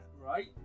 right